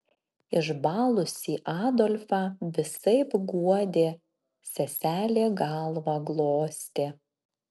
išbalusį adolfą visaip guodė seselė galvą glostė